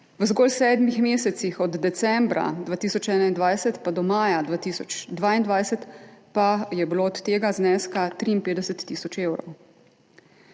v zgolj sedmih mesecih, od decembra 2021 pa do maja 2022, pa je bil ta znesek 53 tisoč evrov.